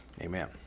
Amen